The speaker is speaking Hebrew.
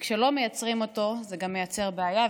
וכשלא מייצרים אותו זה גם מייצר בעיה.